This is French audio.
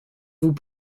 vous